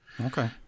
Okay